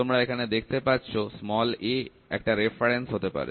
তোমরা এখানে দেখতে পাচ্ছ a একটা রেফারেন্স হতে পারে